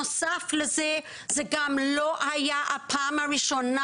נוסף לזה, זאת גם לא היתה הפעם הראשונה,